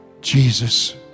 Jesus